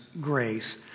grace